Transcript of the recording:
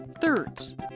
thirds